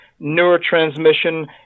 neurotransmission